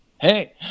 hey